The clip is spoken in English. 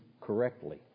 correctly